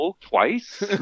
twice